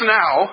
now